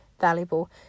valuable